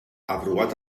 aprovat